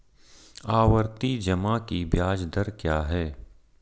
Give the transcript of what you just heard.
आवर्ती जमा की ब्याज दर क्या है?